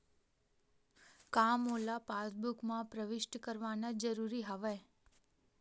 का मोला पासबुक म प्रविष्ट करवाना ज़रूरी हवय?